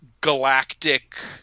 galactic